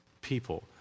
people